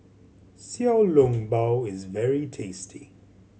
Xiao Long Bao is very tasty